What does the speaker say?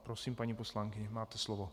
Prosím, paní poslankyně, máte slovo.